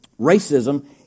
Racism